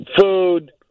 food